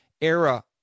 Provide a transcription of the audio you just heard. era